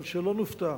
אבל שלא נופתע.